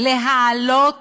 להעלות